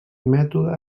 mètode